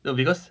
no because